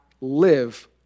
live